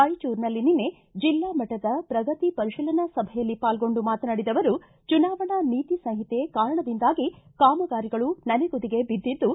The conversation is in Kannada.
ರಾಯಚೂರಿನಲ್ಲಿ ನಿನ್ನೆ ಜಿಲ್ಲಾ ಮಟ್ಟದ ಪ್ರಗತಿ ಪರಿಶೀಲನಾ ಸಭೆಯಲ್ಲಿ ಪಾಲ್ಗೊಂಡು ಮಾತನಾಡಿದ ಅವರು ಚುನಾವಣಾ ನೀತಿ ಸಂಹಿತೆ ಕಾರಣದಿಂದಾಗಿ ಕಾಮಗಾರಿಗಳು ನನೆಗುದಿಗೆ ಬಿದ್ದಿದ್ದು